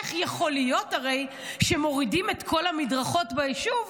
איך יכול להיות הרי שמורידים את כל המדרכות ביישוב,